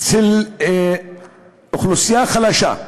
אצל אוכלוסייה חלשה,